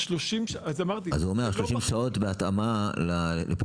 אז הוא אומר שה-30 שעות הן בהתאמה ל...